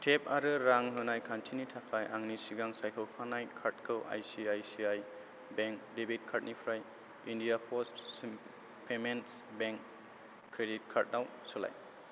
टिप आरो रां होनाय खान्थिनि थाखाय आंनि सिगां सायख'खानाय कार्डखौ आइसिआइसिआइ बेंक डेबिट कार्डनिफ्राय इन्डिया प'स्टसिम पेमेन्टस बेंक क्रेडिट कार्डआव सोलाय